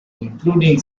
including